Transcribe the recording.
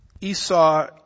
Esau